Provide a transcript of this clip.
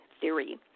theory